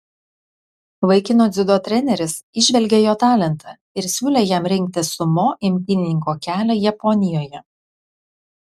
vaikino dziudo treneris įžvelgė jo talentą ir siūlė jam rinktis sumo imtynininko kelią japonijoje